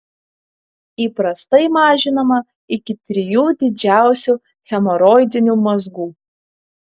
įprastai mažinama iki trijų didžiausių hemoroidinių mazgų